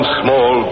small